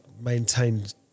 maintained